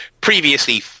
previously